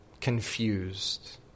confused